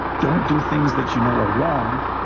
don't do things that you know are wrong.